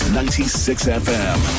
96fm